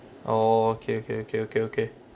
oh okay okay okay okay okay